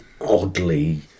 oddly